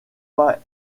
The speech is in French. pas